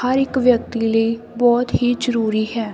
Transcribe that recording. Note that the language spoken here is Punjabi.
ਹਰ ਇੱਕ ਵਿਅਕਤੀ ਲਈ ਬਹੁਤ ਹੀ ਜ਼ਰੂਰੀ ਹੈ